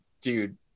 dude